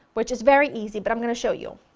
which is very easy but i'm going to show you,